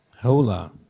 Hola